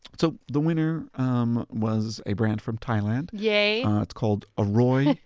so the winner um was a brand from thailand yeah called aroy-d.